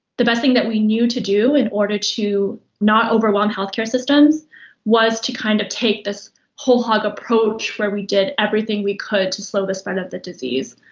the best thing that we knew to do in order to not overwhelm healthcare systems was to kind of take this whole-hog approach where we did everything we could to slow the spread of disease.